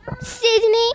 Sydney